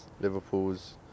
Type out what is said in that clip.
Liverpool's